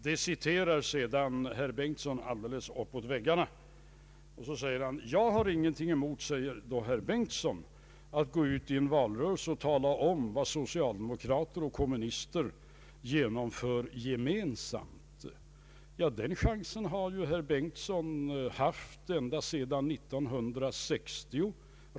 Detta citerar sedan herr Bengtson alldeles uppåt väggarna och säger: Jag har ingenting emot att gå ut i en valrörelse och tala om vad socialdemokrater och kommunister gemensamt genomfört. Ja, den chansen har ju herr Bengtson haft ända sedan år 1960.